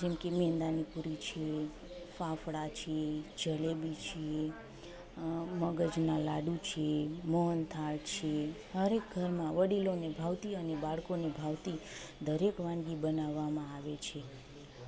જેમ કે મેંદાની પૂરી છે ફાફડા છે જલેબી છે મગજના લાડુ છે મોહનથાળ છે હરએક ઘરમાં વડીલોને ભાવતી અને બાળકોને ભાવતી દરેક વાનગી બનાવામાં આવે છે